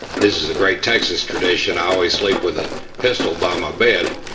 this is a great texas tradition, i always sleep with a pistol by my bed,